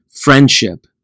friendship